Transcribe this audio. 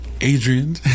Adrian